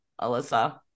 Alyssa